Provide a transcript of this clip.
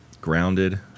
grounded